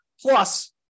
Plus